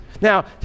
Now